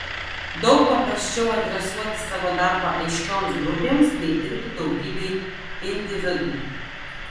daug paprasčiau adresuoti savo darbą aiškioms grupėms nei dirbti daugybei individų